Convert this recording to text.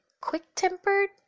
quick-tempered